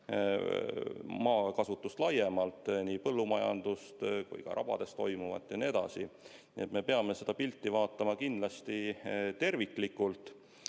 maakasutust laiemalt: nii põllumajandust kui ka rabades toimuvat ja nii edasi. Nii et me peame seda pilti vaatama kindlasti terviklikult